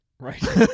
Right